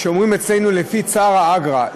אומרים אצלנו: לפי צערא אגרא,